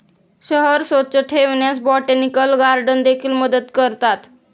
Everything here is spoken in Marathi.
शहर स्वच्छ ठेवण्यास बोटॅनिकल गार्डन देखील मदत करतात